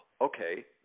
okay